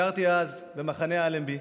גרתי אז במחנה אלנבי,